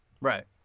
Right